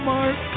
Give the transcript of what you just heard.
Mark